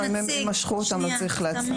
אם הם משכו אותן, לא צריך להצביע.